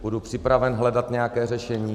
Budu připraven hledat nějaké řešení.